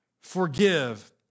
forgive